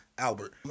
albert